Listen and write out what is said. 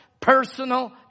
personal